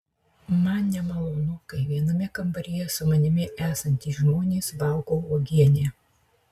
man nemalonu kai viename kambaryje su manimi esantys žmonės valgo uogienę